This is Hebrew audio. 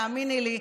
תאמיני לי,